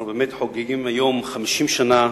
אנחנו חוגגים היום 50 שנה